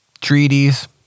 treaties